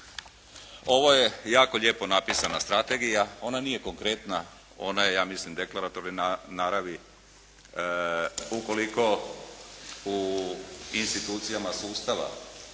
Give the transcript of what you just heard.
Ovo je jako lijepo napisana strategija. Ona nije konkretna, ona je ja mislim deklarativne naravi. Ukoliko u institucijama sustava,